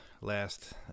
last